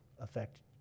affect